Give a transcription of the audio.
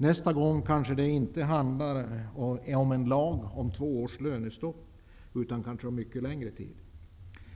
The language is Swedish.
Nästa gång kanske det inte handlar om en lag om två års lönestopp, utan kanske om mycket längre tid.